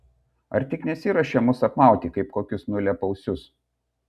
ar tik nesiruošia mus apmauti kaip kokius nulėpausius